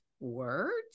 words